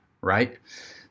right